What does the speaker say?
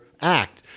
act